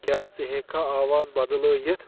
کیاہ ژےٚ ہیکھا آواز بدلٲیتھ